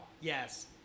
Yes